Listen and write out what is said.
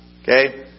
Okay